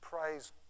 Praise